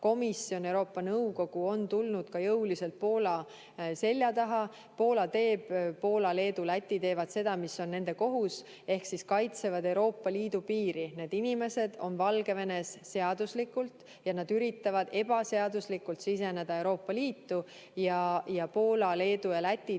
Komisjon ja Euroopa Nõukogu on tulnud jõuliselt Poola selja taha. Poola, Leedu ja Läti teevad seda, mis on nende kohus, ehk kaitsevad Euroopa Liidu piiri. Need inimesed on Valgevenes seaduslikult ja nad üritavad ebaseaduslikult siseneda Euroopa Liitu. Poola, Leedu ja Läti